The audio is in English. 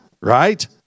Right